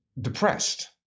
depressed